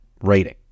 rating